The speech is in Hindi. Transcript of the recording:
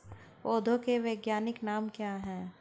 पौधों के वैज्ञानिक नाम क्या हैं?